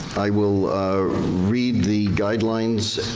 i will read the guidelines